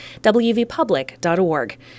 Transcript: wvpublic.org